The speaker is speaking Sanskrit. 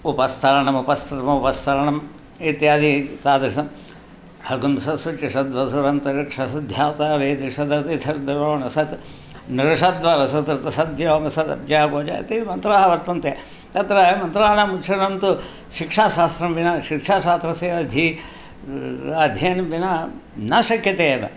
उपस्तरणमुसृतमुपस्सरणम् उत्यादि तादृशं हंसश् शुचि षद्वसुरान्तरिक्ष सद् होता वेदि षदतिथिर्दुरोण सत् नृषद्वर सदृत सद्व्योम सद् अब्जा गो जा एते मन्त्राः वर्तन्ते तत्र मन्त्राणाम् उच्चारणं तु शिक्षाशास्त्रं विना शिक्षाशास्त्रस्य अध्य अध्ययनं विना न शक्यते एव